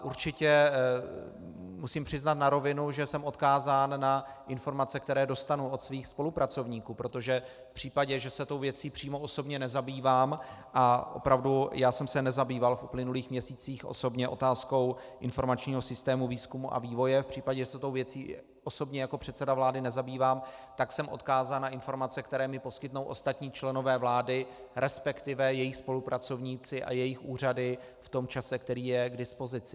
Určitě musím přiznat na rovinu, že jsem odkázán na informace, které dostanu od svých spolupracovníků, protože v případě, že se tou věcí přímo osobně nezabývám a opravdu, já jsem se nezabýval v uplynulých měsících osobně otázkou informačního systému výzkumu a vývoje v případě, že se tou věcí osobně jako předseda vlády nezabývám, tak jsem odkázán na informace, které mi poskytnou ostatní členové vlády, resp. jejich spolupracovníci a jejich úřady v tom čase, který je k dispozici.